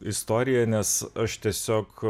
istorija nes aš tiesiog